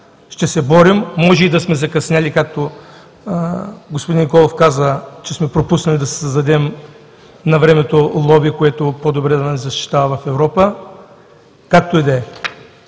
Ще се борим. Може и да сме закъснели, както господин Николов каза, че сме пропуснали да си създадем навремето лоби, което по-добре да ни защитава в Европа. Както и да е.